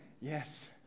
yes